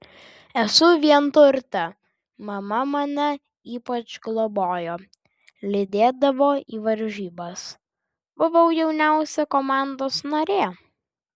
esu vienturtė mama mane ypač globojo lydėdavo į varžybas buvau jauniausia komandos narė